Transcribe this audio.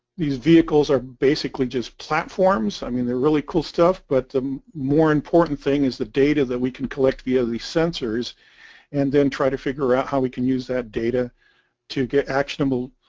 these vehicles are basically just platforms. i mean they're really cool stuff but the more important thing is the data that we can collect via these sensors and then try to figure out how we can use that data to get actionable,